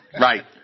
Right